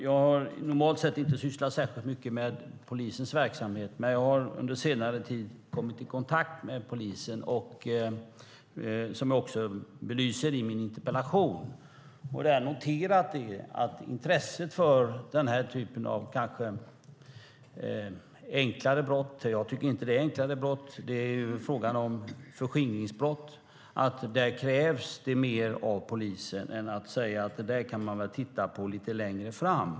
Jag har normalt sett inte sysslat särskilt mycket med polisens verksamhet, men under senare tid har jag kommit i kontakt med polisen gällande förskingringsbrott, vilket jag också belyser i min interpellation. Jag tycker inte att detta är en fråga om ett enklare brott, utan det krävs mer av polisen än att säga att det där kan man väl titta på lite längre fram.